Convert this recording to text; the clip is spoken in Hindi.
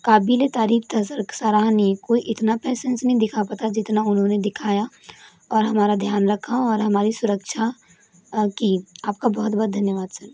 काबीले तारीफ़ था सर सराहनीय कोई इतना पेशेंस नहीं दिखा पाता जितना उन्होंने दिखाया और हमारा ध्यान रखा और हमारी सुरक्षा की आपका बहुत बहुत धन्यवाद सर